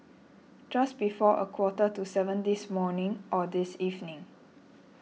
just before a quarter to seven this morning or this evening